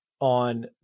on